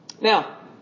Now